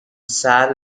sal